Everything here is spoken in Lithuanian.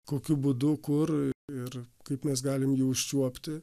kokiu būdu kur ir kaip mes galim jį užčiuopti